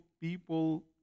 people